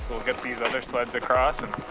so we'll get these other sleds across